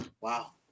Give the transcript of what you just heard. Wow